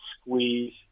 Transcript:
squeeze